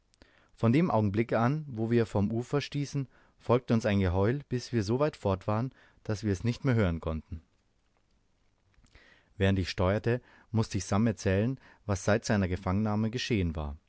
von dem augenblicke an wo wir vom ufer stießen folgte uns ein geheul bis wir so weit fort waren daß wir es nicht mehr hören konnten während ich steuerte mußte ich sam erzählen was seit seiner gefangennahme geschehen war